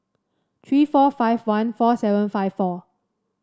three four five one four seven five four